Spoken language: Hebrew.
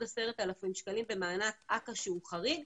10,000 שקלים במענק אגף כוח אדם שהוא חריג,